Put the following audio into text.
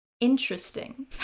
Interesting